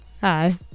Hi